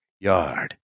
Yard